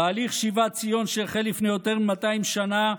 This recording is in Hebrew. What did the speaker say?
תהליך שיבת ציון, שהחל לפני יותר מ-200 שנה,